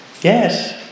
Yes